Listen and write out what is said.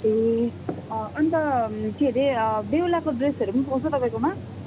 ए अन्त के अरे बेहुलाको ड्रेसहरू पनि पाउँछ तपाईँकोमा